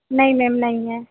नहीं मैम नहीं है